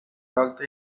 altre